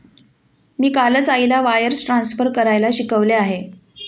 मी कालच आईला wires transfer करायला शिकवले आहे